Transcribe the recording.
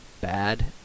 bad